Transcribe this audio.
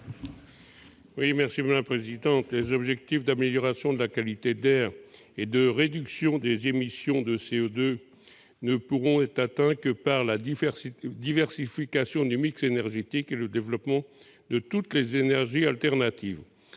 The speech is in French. est à M. Charles Revet. Les objectifs d'amélioration de la qualité de l'air et de réduction des émissions de CO2 ne pourront être atteints que par la diversification du mix énergétique et le développement de toutes les énergies alternatives.